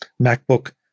MacBook